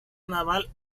naval